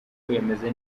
kwemeza